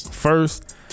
First